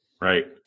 Right